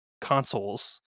consoles